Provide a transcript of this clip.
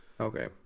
Okay